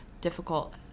difficult